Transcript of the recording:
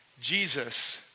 Jesus